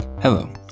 Hello